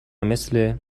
مثل